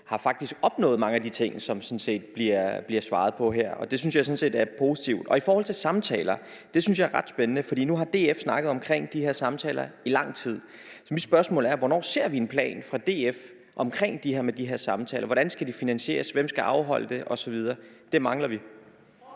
dag, faktisk har opnået mange af de ting, som der her bliver svaret på, og det synes jeg sådan set er positivt. I forhold til samtaler synes jeg det er ret spændende. For nu har DF snakket om de her samtaler i lang tid. Så mit spørgsmål er: Hvornår ser vi en plan fra DF omkring de her samtaler? Hvordan skal de finansieres? Hvem skal afholde det osv.? Det mangler vi